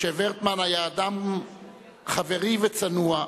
משה ורטמן היה אדם חברי וצנוע,